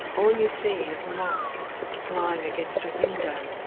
all you see is moths flying against a window,